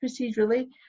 procedurally